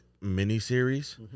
mini-series